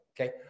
okay